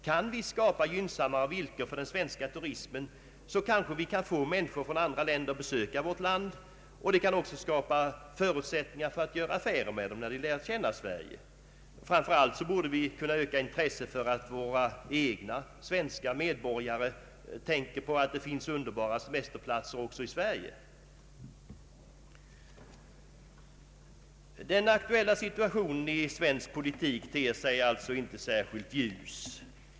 Kan vi skapa gynnsammare villkor för den svenska turismen, så kan vi kanske få människor från andra länder att besöka vårt land. När de lär känna Sverige kan det också skapa förutsättningar för att göra affärer. Framför allt borde vi dock kunna öka intresset hos de svenska medborgarna att tänka på att det finns underbara semesterplatser också i Sverige. Den aktuella situationen i svensk ekonomisk politik ter sig alltså inte särskilt ljus.